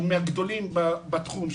שהוא מהגדולים בתחום,